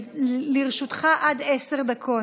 לרשותך עד עשר דקות.